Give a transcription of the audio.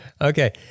Okay